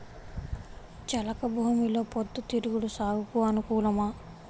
చెలక భూమిలో పొద్దు తిరుగుడు సాగుకు అనుకూలమా?